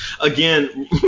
again